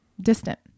distant